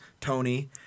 Tony